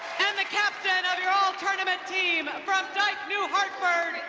and the captain of your all tournament team, from dyke new hartford,